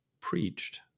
preached